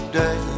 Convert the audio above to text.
day